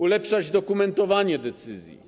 Ulepszać dokumentowanie decyzji.